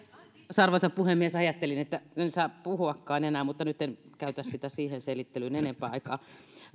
enää arvoisa puhemies ajattelin että en saa puhuakaan enää mutta nyt en käytä siihen selittelyyn enempää aikaa